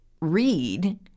read